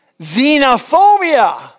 Xenophobia